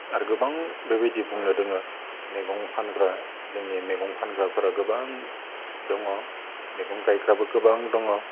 आरो गोबां बेबायदि बुंनो दं मैगं फानग्रा जोंनि मेगं फानग्राफ्रा गोबां दङ मेगं गायग्राबो गोबां दङ